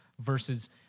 Versus